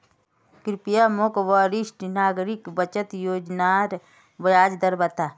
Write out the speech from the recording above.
कृप्या मोक वरिष्ठ नागरिक बचत योज्नार ब्याज दर बता